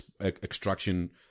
extraction